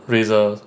razor